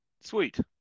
Sweet